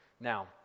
Now